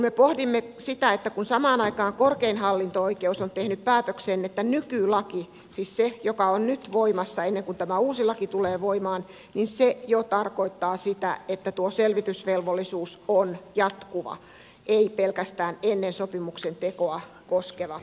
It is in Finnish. me pohdimme sitä että samaan aikaan korkein hallinto oikeus on tehnyt päätöksen että nykylaki siis se joka on nyt voimassa ennen kuin tämä uusi laki tulee voimaan jo tarkoittaa sitä että tuo selvitysvelvollisuus on jatkuva ei pelkästään ennen sopimuksen tekoa koskeva